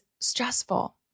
stressful